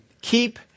keep